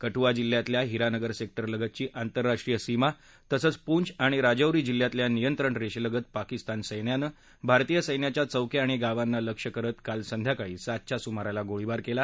कठुआ जिल्ह्यातल्या हिरानगर सेक्टर लगतची आंतरराष्ट्रीय सीमा तसंच पुंछ आणि राजौरी जिल्ह्यातल्या नियंत्रण रेषेलगत पाकिस्तानी सैन्यानं भारतीय सैन्याच्या चौक्या आणि गावांना लक्ष्य करत काल संध्याकाळी सातच्या सुमाराला गोळीबार केला